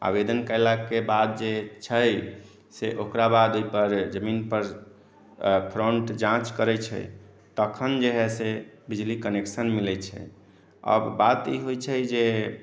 आवेदन कयला के बाद जे छै से ओकरा बाद ओहि पर जमीन पर फ़्रंट जाँच करै छै तखन जे है से बिजली कनेक्शन मिलै छै अब बात ई होइ छै जे